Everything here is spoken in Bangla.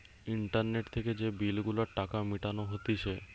ইন্টারনেট থেকে যে বিল গুলার টাকা মিটানো হতিছে